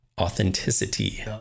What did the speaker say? authenticity